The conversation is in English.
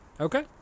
Okay